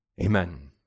Amen